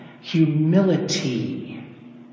Humility